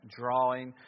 drawing